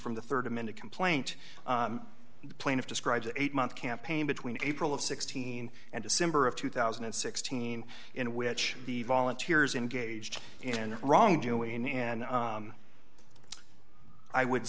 from the rd amended complaint the plaintiff describes eight month campaign between april of sixteen and december of two thousand and sixteen in which the volunteers engaged in wrongdoing and i would